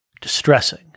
distressing